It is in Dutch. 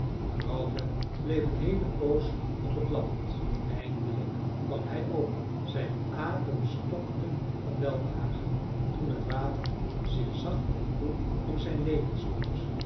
grauwvel bleef een heele poos op het land eindelijk kwam hij ook zijn adem stokte van welbehagen toen het water zich zacht en koel om zijn leden sloot